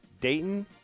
Dayton